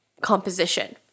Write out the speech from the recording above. composition